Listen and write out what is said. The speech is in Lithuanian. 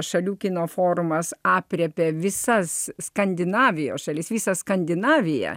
šalių kino forumas aprėpė visas skandinavijos šalis visą skandinaviją